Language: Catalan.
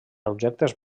objectes